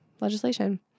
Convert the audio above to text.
Legislation